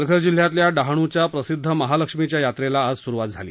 पालघर जिल्ह्यातल्या डहाणूच्या प्रसिद्ध महालक्ष्मीच्या यात्रेला आज सुरुवात झाली